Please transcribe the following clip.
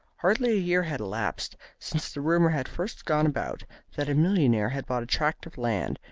hardly a year had elapsed since the rumour had first gone about that a millionaire had bought a tract of land,